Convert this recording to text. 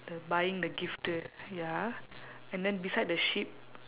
the buying the gift ya and then beside the sheep